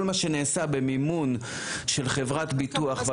כל מה שנעשה במימון של חברת ביטוח,